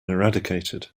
eradicated